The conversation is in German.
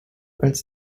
als